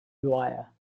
dwyer